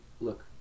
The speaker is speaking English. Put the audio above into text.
look